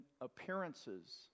appearances